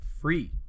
free